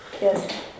Yes